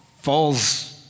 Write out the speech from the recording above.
falls